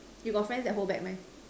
you got friends that hold back meh